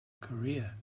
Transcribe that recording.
career